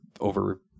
over